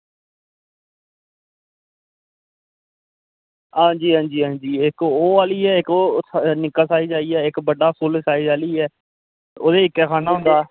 हां जी हां जी हां जी इक ओह् आह्ली ऐ इक ओह् निक्का साइज़ आई गेआ इक बड्डा साइज फुल्ल साइज आह्ली ऐ ओह्दे च इक्कै खान्ना होंदा